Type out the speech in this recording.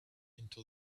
into